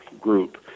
group